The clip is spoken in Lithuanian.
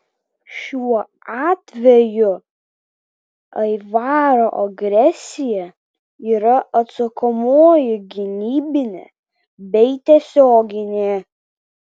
šiuo atveju aivaro agresija yra atsakomoji gynybinė bei tiesioginė